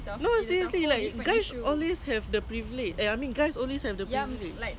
mm that [one] is damn sad lah